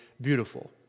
beautiful